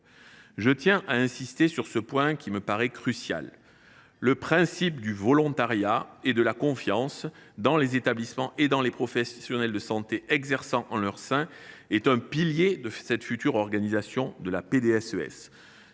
Je tiens à insister sur ce point crucial : le principe du volontariat des établissements et des professionnels de santé exerçant en leur sein est un pilier de cette future organisation de la PDSES.